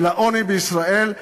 של העוני בישראל,